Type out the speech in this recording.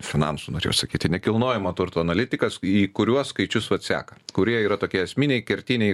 finansų norėjau sakyti nekilnojamo turto analitikas į kuriuos skaičius vat seka kurie yra tokie esminiai kertiniai